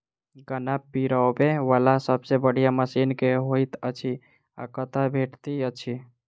गन्ना पिरोबै वला सबसँ बढ़िया मशीन केँ होइत अछि आ कतह भेटति अछि?